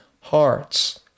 hearts